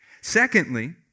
Secondly